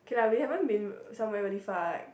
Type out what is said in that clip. K lah we haven't been somewhere really far like